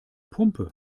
pumpe